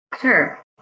Sure